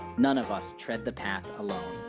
none of us tread the path alone.